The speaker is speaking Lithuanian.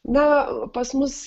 na pas mus